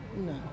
no